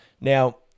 Now